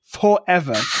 forever